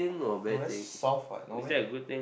no that's soft what no meh